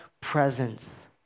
presence